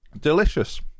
delicious